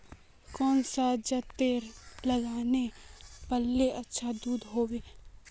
कौन सा जतेर लगते पाल्ले अच्छा दूध होवे?